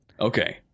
Okay